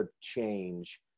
change